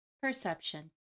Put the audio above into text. Perception